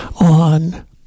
on